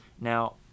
Now